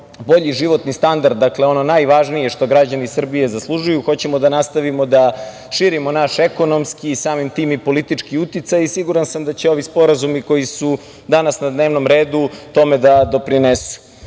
bolji životni standard, dakle, ono najvažnije što građani Srbije zaslužuju. Hoćemo da nastavimo da širimo naš ekonomski i samim tim i politički uticaj. Siguran sam da će ovi sporazumi, koji su danas na dnevnom redu, tome da doprinesu. Što